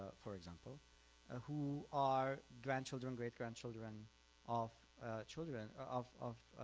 for example ah who are grandchildren great-grandchildren of children of of